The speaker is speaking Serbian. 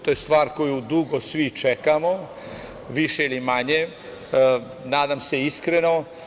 To je stvar koju dugo svi čekamo, više ili manje, nadam se iskreno.